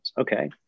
Okay